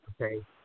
Okay